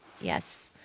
yes